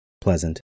pleasant